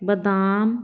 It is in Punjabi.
ਬਦਾਮ